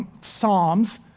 psalms